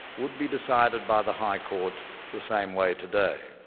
would be decided by the high court the same way today.